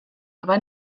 aber